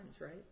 right